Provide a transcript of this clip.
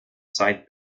zeit